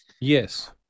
Yes